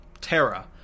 Terra